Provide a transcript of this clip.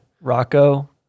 Rocco